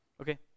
Okay